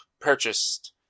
purchased